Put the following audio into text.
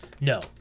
no